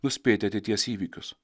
nuspėti ateities įvykius